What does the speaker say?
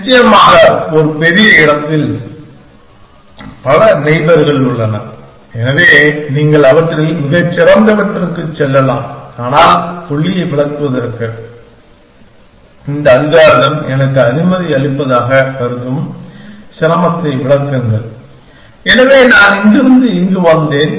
நிச்சயமாக ஒரு பெரிய இடத்தில் பல நெய்பர்கள் உள்ளன எனவே நீங்கள் அவற்றில் மிகச் சிறந்தவற்றுக்கு செல்லலாம் ஆனால் புள்ளியை விளக்குவதற்கு இந்த அல்காரிதம் எனக்கு அனுமதி அளிப்பதாகக் கருதும் சிரமத்தை விளக்குங்கள் எனவே நான் இங்கிருந்து இங்கு வந்தேன்